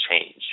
change